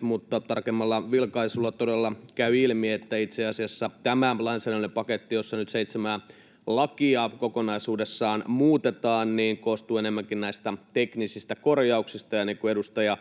Mutta tarkemmalla vilkaisulla todella käy ilmi, että itse asiassa tämä lainsäädännöllinen paketti, jossa nyt seitsemää lakia kokonaisuudessaan muutetaan, koostuu enemmänkin näistä teknisistä korjauksista, ja niin kuin edustaja